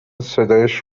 صدایش